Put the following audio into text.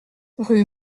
rue